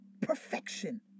perfection